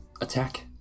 attack